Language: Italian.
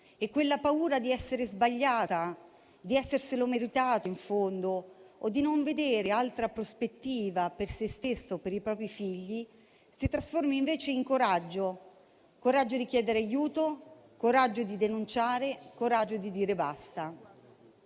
quella paura di essere sbagliata, di esserselo meritato in fondo o di non vedere altra prospettiva per se stessa o per i propri figli si trasformi invece in coraggio, coraggio di chiedere aiuto, di denunciare, di dire basta.